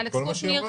לאלכס קושניר,